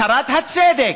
שרת הצדק.